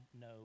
no